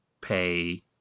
pay